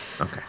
Okay